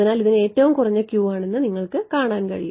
അതിനാൽ ഇതിന് ഏറ്റവും കുറഞ്ഞ Q ആണെന്ന് നിങ്ങൾക്ക് കാണാൻ കഴിയും